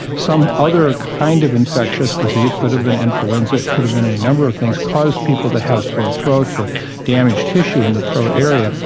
some other kind of infectious disease, it could have been influenza, it could have been any number of things, caused people to have sore throats or damaged tissue in the throat area,